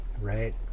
Right